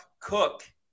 Cook